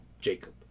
Jacob